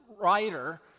writer